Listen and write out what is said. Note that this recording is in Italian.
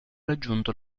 raggiunto